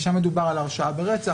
שם מדובר על הרשעה ברצח,